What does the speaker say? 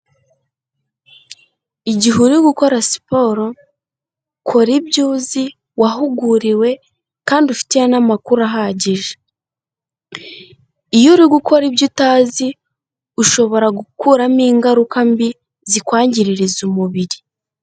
Igihe uri gukora siporo, kora ibyo uzi wahuguriwe kandi ufitiye n'amakuru ahagije, iyo uri gukora ibyo utazi ushobora gukuramo ingaruka mbi zikwangiririza umubiri.